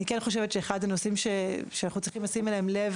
אני כן חושבת שאחד הנושאים שאנחנו צריכים אליהם לב